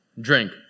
drink